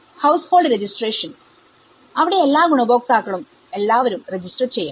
household registration അവിടെ എല്ലാ ഗുണഭോക്താക്കളും എല്ലാരും രജിസ്റ്റർ ചെയ്യണം